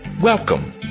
Welcome